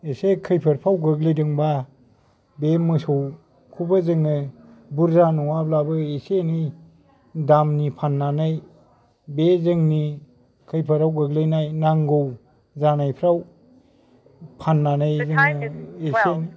एसे खैफोदफ्राव गोग्लैदोंबा बे मोसौखौबो जोङो बुरजा नङाब्लाबो एसे एनै दामनि फान्नानै बे जोंनि खैफोदआव गोग्लैनाय नांगौ जानायफ्राव फान्नानै एसे